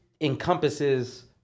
encompasses